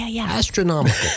astronomical